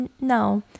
No